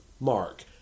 mark